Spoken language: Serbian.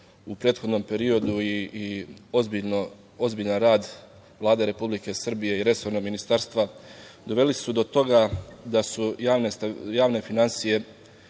u prethodnom periodu i ozbiljan rad Vlade Republike Srbije i resornog ministarstva su doveli do toga da su javne finansije